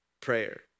prayer